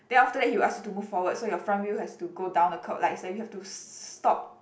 then after that he will ask you to move forward so your front wheel has to go down the curb like that you have to s~ stop